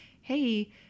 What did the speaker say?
hey